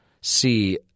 see